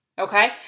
Okay